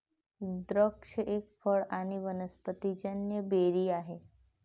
द्राक्ष एक फळ आणी वनस्पतिजन्य बेरी आहे